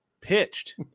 pitched